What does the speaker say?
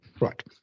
right